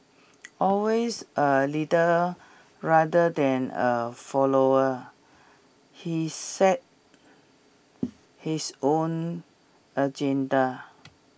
always a leader rather than a follower he set his own agenda